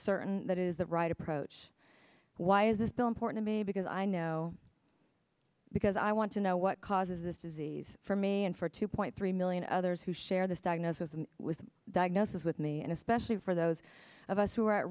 certain that it is the right approach why is this bill important to me because i know because i want to know what causes this is these for me and for two point three million others who share this diagnosis with diagnosis with me and especially for those of us who are at